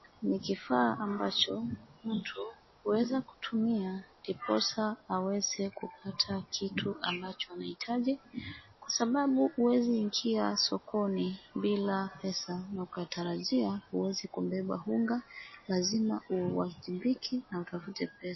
Ni kifaa ambacho mtu huweza kutumia ndiposa aweze kupata kitu ambacho anahitaji kwa sababu huwezi ingia sokoni bila pesa na ukatarajia huwezi kubeba unga lazima uwajibike na utafute pesa.